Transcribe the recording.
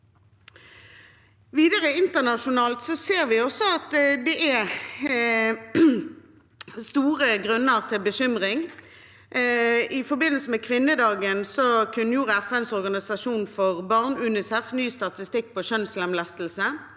Videre: Også internasjonalt ser vi at det er stor grunn til bekymring. I forbindelse med kvinnedagen kunngjorde FNs organisasjon for barn, UNICEF, ny statistikk for kjønnslemlestelse.